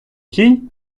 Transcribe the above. кінь